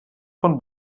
von